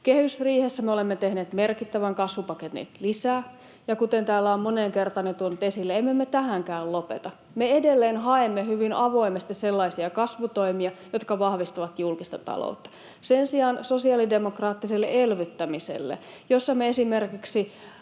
Kehysriihessä me olemme tehneet merkittävän kasvupaketin lisää, ja kuten täällä olen moneen kertaan jo tuonut esille, emme me tähänkään lopeta. Me edelleen haemme hyvin avoimesti sellaisia kasvutoimia, jotka vahvistavat julkista taloutta. Sen sijaan sosiaalidemokraattiseen elvyttämiseen, jossa me esimerkiksi